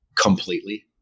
completely